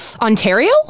Ontario